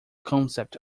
concept